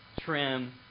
trim